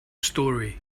story